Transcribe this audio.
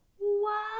Wow